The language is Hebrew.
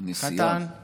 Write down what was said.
כאן במליאה